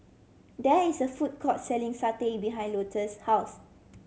there is a food court selling satay behind Louetta's house